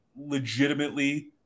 legitimately